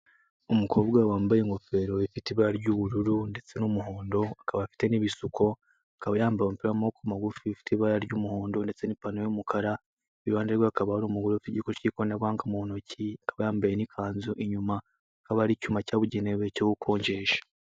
Umukobwa wambaye ingofero ifite ibara ry'ubururu ndetse n'umuhondo, akaba afite n'ibisuko, akaba yambaye umupira w'amaboko magufi, ifite ibara ry'umuhondo, ndetse n'ipantaro y'umukara, iruhande rwe akaba hakaba hari umugore ufite igikoresho cy'ikoranabuhanga mu ntoki, akaba yambaye n'ikanzu, inyuma hakaba hari icyuma cyabugenewe cyo gukonjesha.